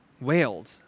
wailed